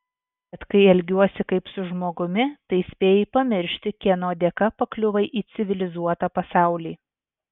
bet kai elgiuosi kaip su žmogumi tai spėjai pamiršti kieno dėka pakliuvai į civilizuotą pasaulį